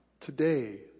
today